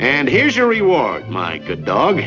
and here's your reward my good dog